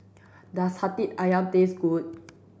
does hati ayam taste good